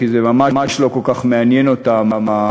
כי זה ממש לא כל כך מעניין אותם הבעיות